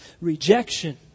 rejection